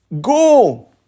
go